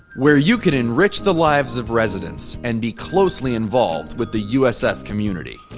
where you can enrich the lives of residents and be closely involved with the usf community.